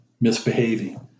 misbehaving